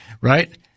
right